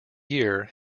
year